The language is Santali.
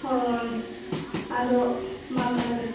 ᱦᱳᱭ ᱟᱫᱚ ᱢᱟ ᱛᱟᱦᱚᱞᱮ